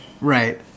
right